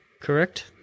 Correct